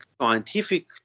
scientific